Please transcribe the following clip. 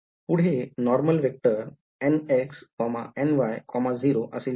पुढे normal vector nxny0 असे लिहू